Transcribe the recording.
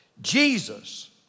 Jesus